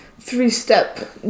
three-step